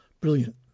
brilliant